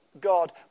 God